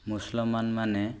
ମୁସଲମାନ ମାନେ